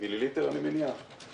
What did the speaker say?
אני אומר שני דברים.